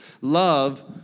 Love